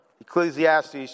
Ecclesiastes